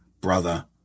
brother